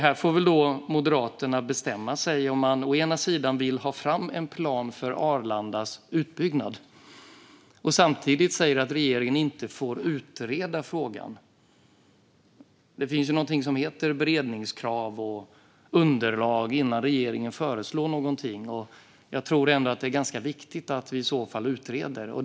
Här får Moderaterna bestämma sig. Man vill å ena sidan ha fram en plan för Arlandas utbyggnad. Samtidigt säger man att regeringen inte får utreda frågan. Det finns någonting som heter beredningskrav, och det ska finnas underlag innan regeringen föreslår någonting. Jag tror ändå att det är ganska viktigt att vi i så fall utreder. Fru talman!